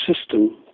system